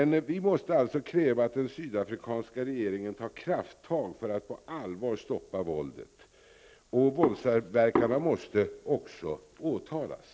Vi måste alltså kräva att den sydafrikanska regeringen tar krafttag för att på allvar stoppa våldet. Våldsverkarna måste också åtalas.